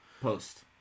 post